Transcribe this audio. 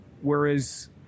whereas